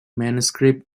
manuscript